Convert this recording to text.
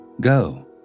Go